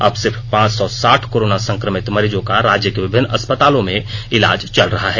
अब सिर्फ पांच सौ साठ कोरोना संक्रमित मरीजों का राज्य के विभिन्न अस्पतालों में इलाज चल रहा है